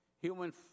human